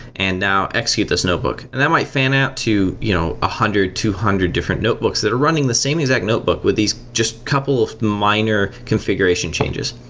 and now execute this notebook. and that might fan-out to one you know ah hundred, two hundred different notebooks that are running the same exact notebook with these just couple of minor configuration changes,